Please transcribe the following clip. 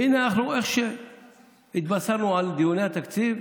והינה, איך שהתבשרנו על דיוני התקציב,